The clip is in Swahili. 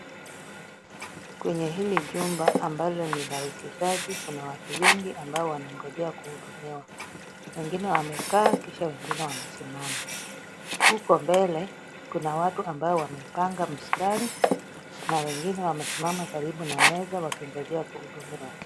Kwenye hili jumba ambalo ni la uwekezaji kuna watu wengi ambao wanaongoja kuhudumiwa. Wengine wamekaa kisha wengine wamesimama. Huko mbele kuna watu ambao wamepanga mstari, na wengine wamesimama karibu na meza wakingojea kuhudumiwa.